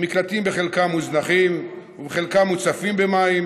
המקלטים בחלקם מוזנחים וחלקם מוצפים במים.